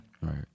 right